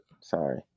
Sorry